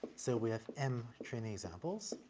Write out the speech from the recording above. so we have m training examples,